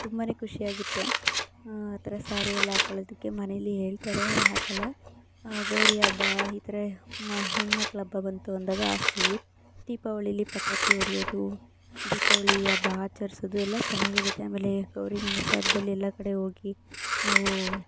ತುಂಬನೇ ಖುಷಿಯಾಗುತ್ತೆ ಆ ಥರ ಸ್ಯಾರಿ ಎಲ್ಲ ಹಾಕ್ಕೊಳ್ಳೋದಕ್ಕೆ ಮನೆಯಲ್ಲಿ ಹೇಳ್ತಾರೆ ಆದರೆ ಹಾಕೊಲ್ಲ ಗೌರಿ ಹಬ್ಬ ಈ ಥರ ಹೆಣ್ಮಕ್ಳ ಹಬ್ಬ ಬಂತು ಅಂದಾಗ ಹಾಕ್ತೀವಿ ದೀಪಾವಳಿಯಲ್ಲಿ ಪಟಾಕಿ ಹೊಡಿಯೋದು ದೀಪಾವಳಿ ಹಬ್ಬ ಆಚರಿಸೋದು ಎಲ್ಲ ಚೆನ್ನಾಗಿರುತ್ತೆ ಆಮೇಲೆ ಗೌರಿ ಗಣೇಶ ಹಬ್ದಲ್ಲಿ ಎಲ್ಲ ಕಡೆ ಹೋಗಿ ನಾವು